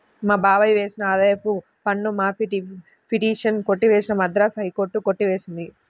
మా బాబాయ్ వేసిన ఆదాయపు పన్ను మాఫీ పిటిషన్ కొట్టివేసిన మద్రాస్ హైకోర్టు కొట్టి వేసింది